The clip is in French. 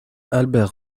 albert